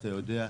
אתה יודע,